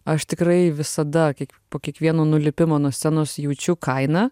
aš tikrai visada kiek po kiekvieno nulipimo nuo scenos jaučiu kainą